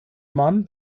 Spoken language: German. man